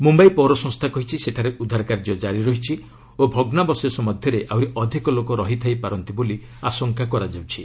ମୁମ୍ୟାଇ ପୌର ସଂସ୍କା କହିଛି ସେଠାରେ ଉଦ୍ଧାର କାର୍ଯ୍ୟ ଜାରି ରହିଛି ଓ ଭଗ୍ରାବଶେଷ ମଧ୍ୟରେ ଆହ୍ରରି ଅଧିକ ଲୋକ ରହିଥାଇ ପାରନ୍ତି ବୋଲି ଆଶଙ୍କା କରାଯାଉଛି